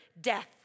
death